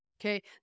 Okay